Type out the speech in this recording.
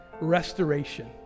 Restoration